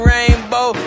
Rainbow